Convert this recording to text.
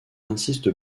insiste